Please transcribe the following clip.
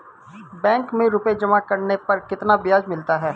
Bank में रुपये जमा करने पर कितना ब्याज मिलता है?